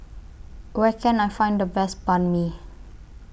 Where Can I Find The Best Banh MI